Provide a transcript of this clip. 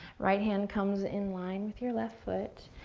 right hand comes in line with your left foot,